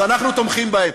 אנחנו תומכים בהם.